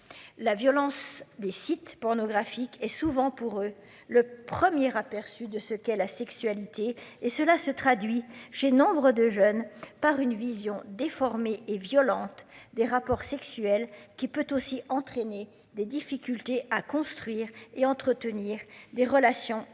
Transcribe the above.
La violence des sites pornographiques et souvent pour eux le premier aperçu de ce qu'est la sexualité et cela se traduit chez nombre de jeunes par une vision déformée et violente des rapports sexuels qui peut aussi entraîner des difficultés à construire et entretenir des relations affectives.